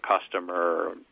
customer